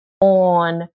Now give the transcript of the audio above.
on